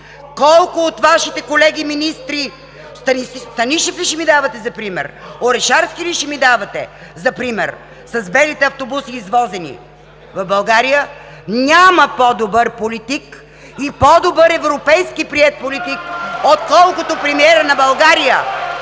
Колко от Вашите колеги министри – Станишев ли ще ми давате за пример, Орешарски ли ще ми давате за пример, извозени с белите автобуси?! В България няма по-добър политик и по-добър европейски приет политик отколкото премиера на България.